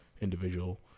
individual